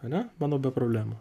ane manau be problemų